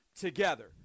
together